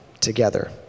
together